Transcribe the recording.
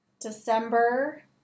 December